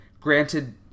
granted